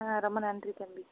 ஆ ரொம்ப நன்றி தம்பி